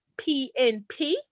PNP